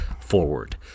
forward